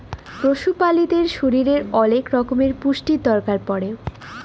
পশু প্রালিদের শরীরের ওলেক রক্যমের পুষ্টির দরকার পড়ে